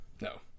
no